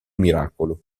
miracolo